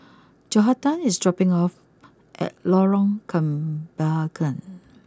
Johathan is dropping off at Lorong Kembagan